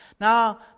Now